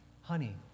honey